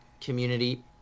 community